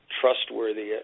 trustworthy